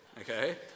Okay